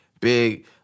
big